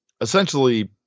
essentially